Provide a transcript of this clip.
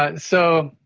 ah so,